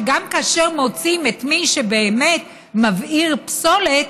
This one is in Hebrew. גם כאשר מוצאים את מי שבאמת מבעיר פסולת,